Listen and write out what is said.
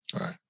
right